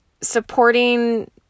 supporting